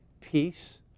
peace